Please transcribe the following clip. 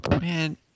Man